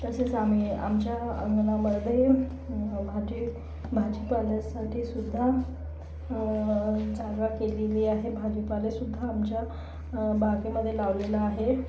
तसंच आम्ही आमच्या अंगणामध्ये भाजी भाजीपाल्यासाठी सुद्धा जागा केलेली आहे भाजीपालेसुद्धा आमच्या बागेमध्ये लावलेलं आहे